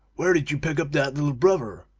where did you pick up that little brother?